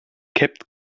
kept